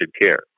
care